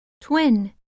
Twin